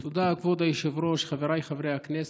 תודה, כבוד היושב-ראש, חבריי חברי הכנסת,